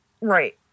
Right